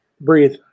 Breathe